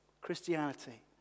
Christianity